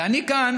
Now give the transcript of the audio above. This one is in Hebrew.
ואני כאן